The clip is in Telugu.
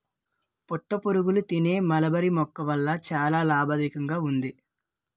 పట్టుపురుగులు తినే మల్బరీ మొక్కల వల్ల చాలా లాభదాయకంగా ఉంది